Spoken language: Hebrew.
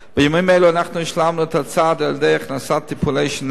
בימים אלה השלמנו את הצעד על-ידי הכנסת טיפולי שיניים